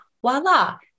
voila